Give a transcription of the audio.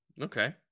Okay